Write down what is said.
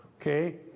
Okay